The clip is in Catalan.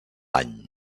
any